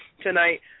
tonight